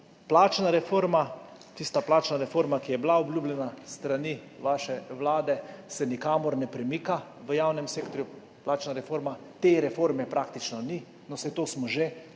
Plačna reforma, tista plačna reforma, ki je bila obljubljena s strani vaše vlade, se nikamor ne premika. V javnem sektorju plačne reforme praktično ni. No, saj tega smo že navajeni